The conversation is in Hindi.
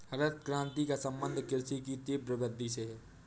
हरित क्रान्ति का सम्बन्ध कृषि की तीव्र वृद्धि से है